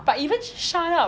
but even shut up